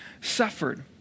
suffered